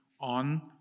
on